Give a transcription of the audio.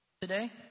today